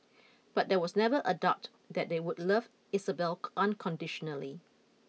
but there was never a doubt that they would love Isabelle unconditionally